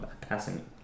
passing